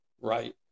right